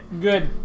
Good